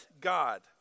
God